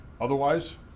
otherwise